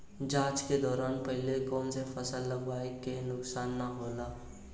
जाँच के दौरान पहिले कौन से फसल लगावे से नुकसान न होला?